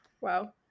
wow